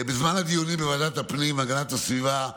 בזמן הדיונים בוועדת הפנים והגנת הסביבה עלה,